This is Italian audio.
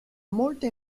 molte